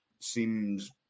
seems